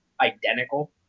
identical